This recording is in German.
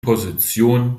position